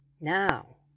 Now